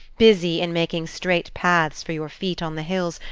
busy in making straight paths for your feet on the hills,